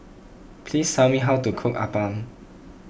please tell me how to cook Appam